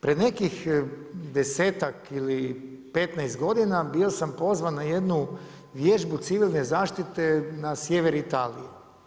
Pred nekih 10-ak ili 15 godina bio sam pozvan na jednu vježbu civilne zaštite na sjever Italije.